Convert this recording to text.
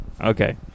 Okay